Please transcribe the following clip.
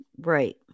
Right